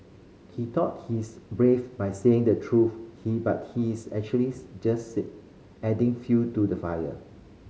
he thought he's brave by saying the truth he but he's actually just adding fuel to the fire